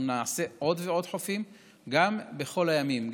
אנחנו נעשה עוד ועוד חופים בכל הימים,